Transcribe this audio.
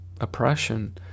oppression